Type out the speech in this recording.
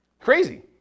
Crazy